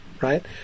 right